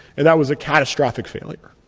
and that was a catastrophic failure.